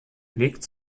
liegt